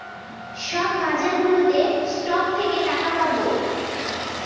সব বাজারগুলোতে স্টক থেকে টাকা পাবো